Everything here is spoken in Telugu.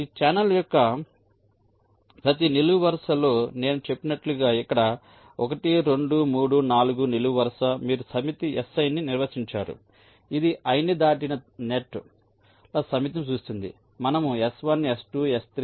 ఈ ఛానెల్ యొక్క ప్రతి నిలువు వరుసలో నేను చెప్పినట్లుగా ఇక్కడ 1 2 3 4 నిలువు వరుస మీరు సమితి Si ని నిర్వచించారు ఇది i ని దాటిన నెట్ ల సమితిని సూచిస్తుంది